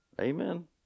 Amen